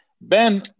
Ben